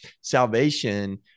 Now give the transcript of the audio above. salvation